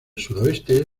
sudoeste